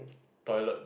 toilet